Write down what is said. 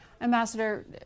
Ambassador